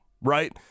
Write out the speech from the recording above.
right